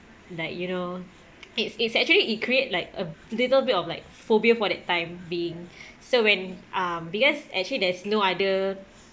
like you know it's it's actually it create like a little bit of like phobia for that time being so when um because actually there's no other